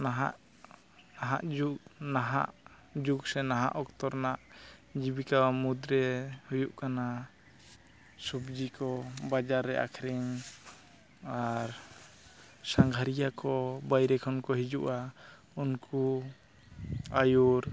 ᱱᱟᱦᱟᱜ ᱱᱟᱦᱟᱜ ᱡᱩᱜᱽ ᱱᱟᱦᱟᱜ ᱡᱩᱜᱽ ᱥᱮ ᱱᱟᱦᱟᱜ ᱚᱠᱛᱚ ᱨᱮᱱᱟᱜ ᱡᱤᱵᱤᱠᱟ ᱢᱩᱫᱽᱨᱮ ᱦᱩᱭᱩᱜ ᱠᱟᱱᱟ ᱥᱚᱵᱡᱤ ᱠᱚ ᱵᱟᱡᱟᱨ ᱨᱮ ᱟᱹᱠᱷᱨᱤᱧ ᱟᱨ ᱥᱟᱸᱜᱷᱟᱨᱤᱭᱟᱹ ᱠᱚ ᱵᱟᱭᱨᱮ ᱠᱷᱚᱱ ᱠᱚ ᱦᱤᱡᱩᱜᱼᱟ ᱩᱱᱠᱩ ᱟᱭᱩᱨ